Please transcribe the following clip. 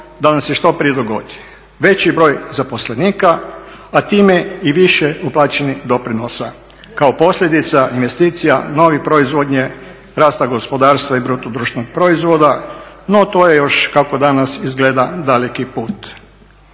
da nam se što prije dogodi: veći broj zaposlenika, a time i više uplaćenih doprinosa, kao posljedica investicija, nove proizvodnje, rasta gospodarstva i BDP-a, no to je još kako danas izgleda daleki put.